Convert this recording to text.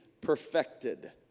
perfected